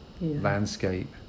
landscape